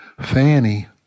Fanny